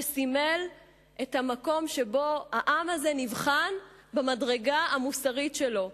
שסימל את המקום שבו העם הזה נבחן במדרגה המוסרית שלו.